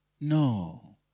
No